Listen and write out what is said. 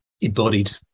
embodied